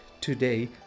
today